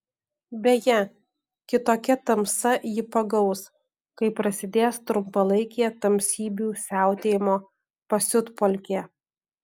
beje kitokia tamsa jį pagaus kai prasidės trumpalaikė tamsybių siautėjimo pasiutpolkė